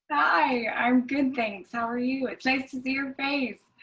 i'm good, thanks. how are you? it's nice to see your face.